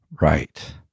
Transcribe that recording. right